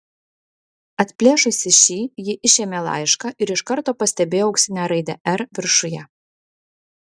atplėšusi šį ji išėmė laišką ir iš karto pastebėjo auksinę raidę r viršuje